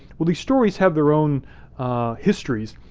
well, these stories have their own histories.